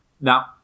Now